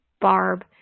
Barb